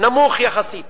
נמוך יחסית.